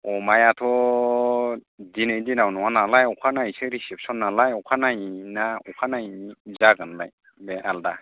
अमायाथ' दिनैनि दिनाव नङा नालाय अखा नायैसो रिसेपसन नालाय अखा नायै ना अखा नायै जागोनलाय बे आल्दा